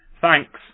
Thanks